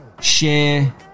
share